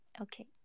Okay